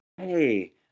Hey